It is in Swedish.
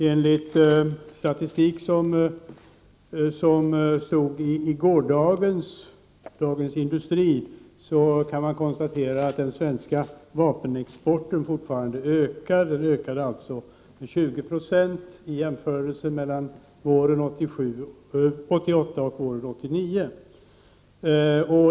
Av statistik som fanns införd i gårdagens nummer av Dagens Industri kan man konstatera att den svenska vapenexporten fortfarande ökar. En jämförelse mellan våren 1988 och våren 1989 visar på en ökning med 20 96.